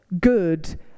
good